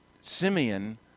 Simeon